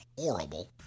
horrible